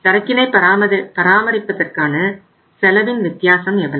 சரக்கினை பராமரிப்பதற்கான செலவின் வித்தியாசம் எவ்வளவு